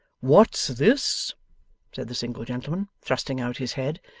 what's this said the single gentleman thrusting out his head.